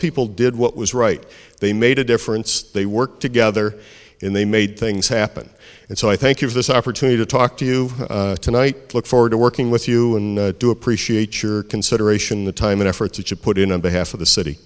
people did what was right they made a difference they work together in they made things happen and so i thank you for this opportunity to talk to you tonight look forward to working with you and do appreciate your consideration the time and effort to put in on behalf of the city